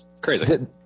Crazy